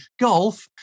golf